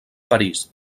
parís